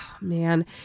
man